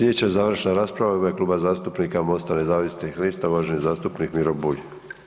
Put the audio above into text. Slijedeća završna rasprava u ime Kluba zastupnika Mosta nezavisnih lista, uvaženi zastupnik Miro Bulj.